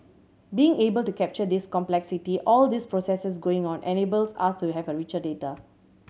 being able to capture this complexity all these processes going on enables us to have richer data